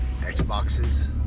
Xboxes